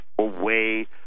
away